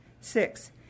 Six